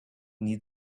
need